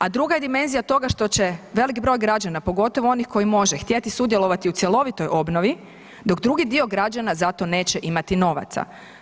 A druga je dimenzija toga što će velik broj građana, pogotovo onih koji može, htjeti sudjelovati u cjelovitoj obnovi dok drugi dio građana za to neće imati novaca.